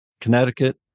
Connecticut